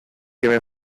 que